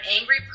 angry